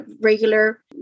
regular